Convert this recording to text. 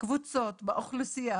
קבוצות באוכלוסייה,